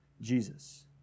Jesus